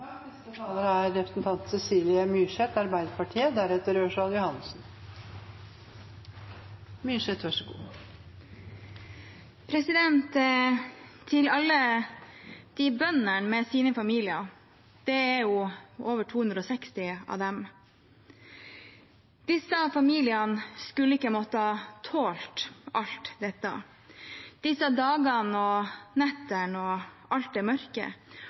Til alle de bøndene med sine familier – det er over 260 av dem: Disse familiene skulle ikke måttet tåle alt dette, disse dagene og nettene og alt det mørke,